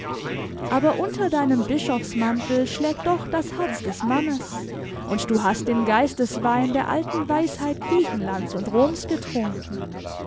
aber unter deinem bischofsmantel schlägt doch das herz des mannes und du hast den geisteswein der alten weisheit griechenlands und roms getrunken